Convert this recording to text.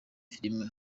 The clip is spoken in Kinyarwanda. filime